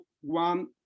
one